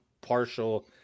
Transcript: partial